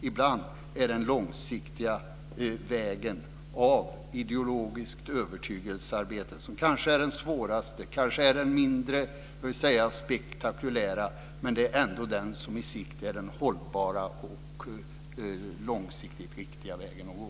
Ibland är den långa vägen med ideologiskt övertygelsearbete, som kanske är det svåraste och det mindre spektakulära, den hållbara och långsiktigt riktiga vägen att gå.